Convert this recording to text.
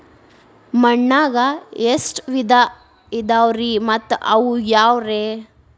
ಮಣ್ಣಾಗ ಎಷ್ಟ ವಿಧ ಇದಾವ್ರಿ ಮತ್ತ ಅವು ಯಾವ್ರೇ?